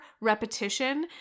repetition